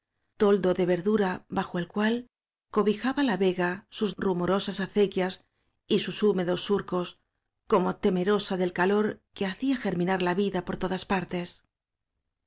toldo de verdura bajo el cual co bijaba la vega sus rumorosas acequias y sus húmedos sur cos como temerosa del calor que hacía germinar la vida por todas partes